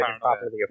properly